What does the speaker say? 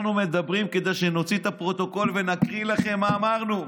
אנחנו מדברים כדי שנוציא את הפרוטוקול ונקריא לכם מה אמרנו.